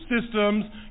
systems